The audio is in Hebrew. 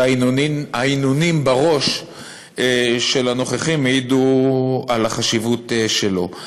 וההנהונים בראש של הנוכחים העידו על החשיבות שלו.